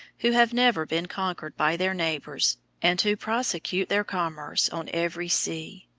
who have never been conquered by their neighbours and who prosecute their commerce on every sea.